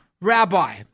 Rabbi